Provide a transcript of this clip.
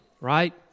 right